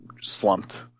slumped